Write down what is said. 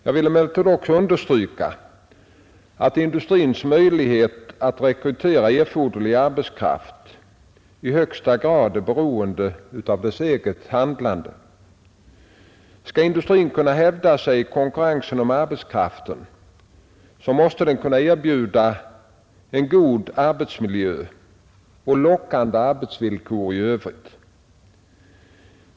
Jag vill emellertid också understryka att industrins möjligheter att rekrytera erforderlig arbetskraft i högsta grad är beroende av dess eget handlande. Skall industrin kunna hävda sig i konkurrensen om arbetskraften måste den kunna erbjuda en god arbetsmiljö och lockande arbetsvillkor i övrigt.